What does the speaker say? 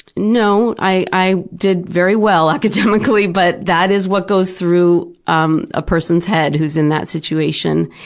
no, i i did very well academically, but that is what goes through um a person's head who's in that situation.